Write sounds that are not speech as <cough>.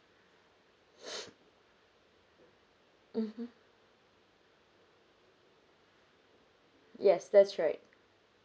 <noise> mmhmm yes that's right